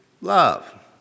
love